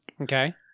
Okay